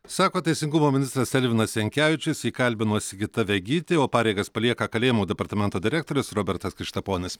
sako teisingumo ministras elvinas jankevičius kalbino sigita vegytė o pareigas palieka kalėjimų departamento direktorius robertas krištaponis